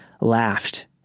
laughed